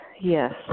Yes